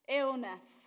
illness